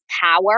power